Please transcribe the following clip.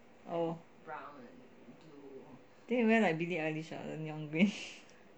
oh then you wear like billie eilish lah the neon green